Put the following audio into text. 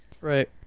Right